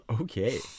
Okay